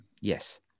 Yes